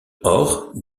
hors